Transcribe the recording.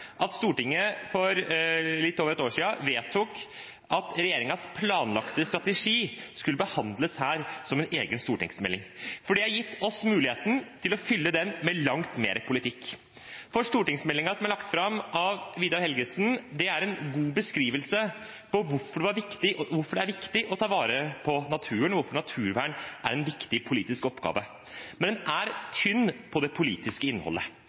at Stortinget for litt over et år siden vedtok at regjeringens planlagte strategi skulle behandles her som en egen stortingsmelding, for det har gitt oss muligheten til å fylle den med langt mer politikk. For stortingsmeldingen som er lagt fram av Vidar Helgesen, er en god beskrivelse av hvorfor det er viktig å ta vare på naturen, og hvorfor naturvern er en viktig politisk oppgave, men er tynn på det politiske innholdet.